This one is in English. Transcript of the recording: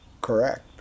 Correct